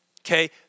Okay